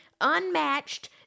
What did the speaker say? unmatched